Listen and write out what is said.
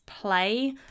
play